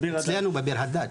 אצלנו בביר הדאג',